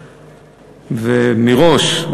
ומראש,